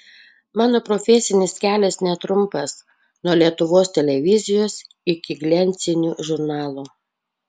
mano profesinis kelias netrumpas nuo lietuvos televizijos iki gliancinių žurnalų